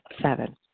Seven